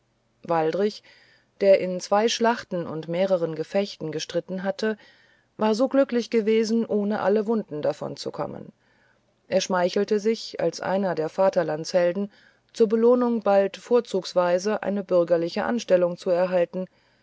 waldrich der in zwei schlachten und mehreren gefechten gestritten hatte war so glücklich gewesen ohne alle wunden davonzukommen er schmeichelte sich als einer der vaterlandshelden zur belohnung bald vorzugsweise eine bürgerliche anstellung zu erhalten